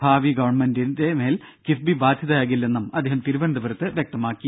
ഭാവി ഗവൺമെന്റിന്റെ മേൽ കിഫ്ബി ബാധ്യതയാകില്ലെന്നും അദ്ദേഹം തിരുവനന്തപുരത്ത് വ്യക്തമാക്കി